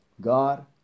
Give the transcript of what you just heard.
God